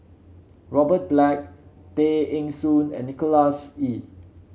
Robert Black Tay Eng Soon and Nicholas Ee